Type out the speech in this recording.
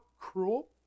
cruel